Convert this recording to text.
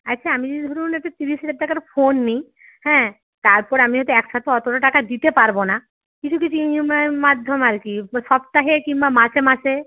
আচ্ছা আমি যদি ধরুন একটা তিরিশ হাজার টাকার ফোন নিই হ্যাঁ তারপরে আমি হয়তো একসাথে অতোটা টাকা দিতে পারবো না কিছু কিছু নিয়মের মাধ্যম আর কি সপ্তাহে কিংবা মাসে মাসে